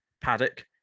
paddock